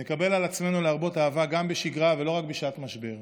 נקבל על עצמנו להרבות אהבה גם בשגרה ולא רק בשעת משבר.